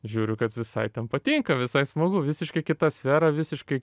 žiūriu kad visai ten patinka visai smagu visiškai kita sfera visiškai